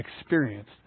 experienced